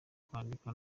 kwandika